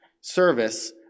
service